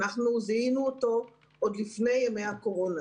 זיהינו אותו עוד לפני ימי הקורונה.